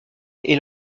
est